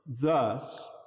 Thus